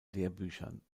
lehrbüchern